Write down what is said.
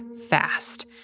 fast—